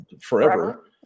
forever